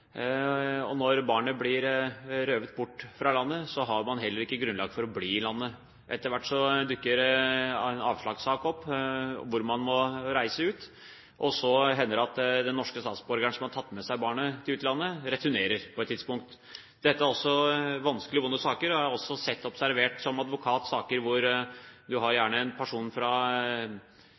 Når barnet blir røvet bort fra landet, har man heller ikke grunnlag for å bli i landet. Etter hvert dukker en avslagssak opp og man må reise ut, og så hender det at den norske statsborgeren som har tatt med seg barnet til utlandet, returnerer på et tidspunkt. Dette er også vanskelige og vonde saker. Jeg har også som advokat observert saker hvor det gjerne er en mann fra